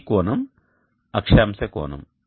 ఈ కోణం అక్షాంశ కోణం